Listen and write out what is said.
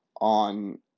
On